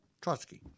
Trotsky